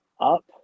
up